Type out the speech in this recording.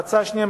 ההצעה השנייה,